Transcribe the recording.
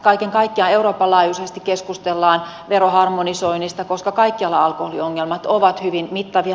kaiken kaikkiaan euroopan laajuisesti keskustellaan veroharmonisoinnista koska kaikkialla alkoholiongelmat ovat hyvin mittavia